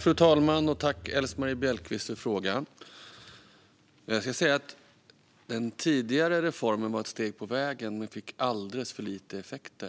Fru talman! Jag tackar Elsemarie Bjellqvist för frågan. Den tidigare reformen var ett steg på vägen men gav alldeles för liten effekt.